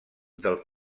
del